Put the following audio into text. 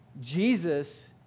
Jesus